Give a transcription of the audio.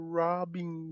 robbing